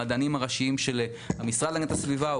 המדענים הראשיים של המשרד להגנת הסביבה.